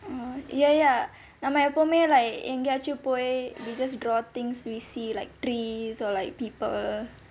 oh ya ya நம்ம எப்பவுமே லை~ எங்காச்சும் போய்:namma eppavumae li~ engaachum poi we just draw things we see like trees or like people